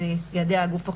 שיידע הגוף החוקר.